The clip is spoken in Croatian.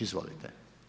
Izvolite.